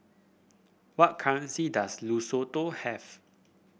what currency does Lesotho have